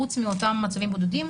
חוץ מאותם מצבים בודדים,